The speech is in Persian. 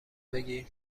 بگی